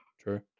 true